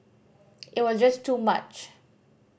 it was just too much